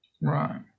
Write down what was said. Right